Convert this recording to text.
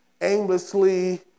aimlessly